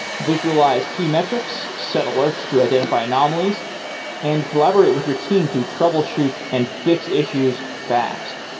visualize key metrics, set alerts to identify anomalies and collaborate with your team to troubleshoot and fix issues fast.